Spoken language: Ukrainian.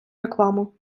рекламу